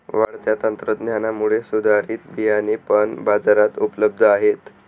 वाढत्या तंत्रज्ञानामुळे सुधारित बियाणे पण बाजारात उपलब्ध आहेत